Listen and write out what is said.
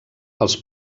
els